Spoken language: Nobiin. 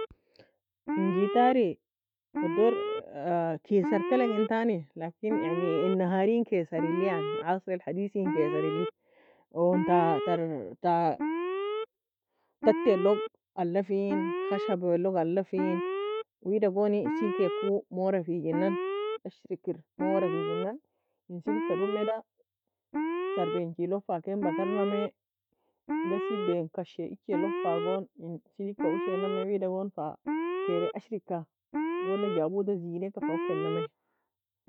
En gitari odor keasrka algintani, لكن يعني in neharin keasreli عصر الحديث keasreli on ta tar ta tati log alafin khashabelog alafi wida goni silikeaku mura figinan ashri kir mura figinan en silika dumeda sarbie enchi log fa ken batarnami ghasiben kashi ichi log fa gon in silika ushinami wida gon fa kairy ashrika, wela jabuda zeneka fa ukianami.